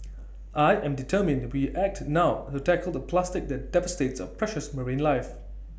I am determined we act now to tackle the plastic that devastates our precious marine life